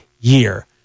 year